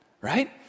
right